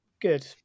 good